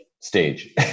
stage